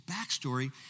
backstory